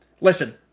Listen